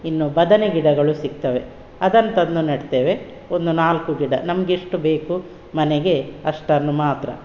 ಇನ್ನೂ ಬದನೆ ಗಿಡಗಳು ಸಿಕ್ತವೆ ಅದನ್ನು ತಂದು ನೆಡ್ತೇವೆ ಒಂದು ನಾಲ್ಕು ಗಿಡ ನಮಗೆಷ್ಟು ಬೇಕು ಮನೆಗೆ ಅಷ್ಟನ್ನು ಮಾತ್ರ